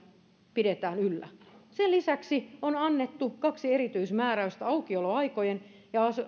pidetään yllä sen lisäksi on annettu kaksi erityismääräystä aukioloaikojen ja